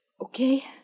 okay